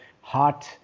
heart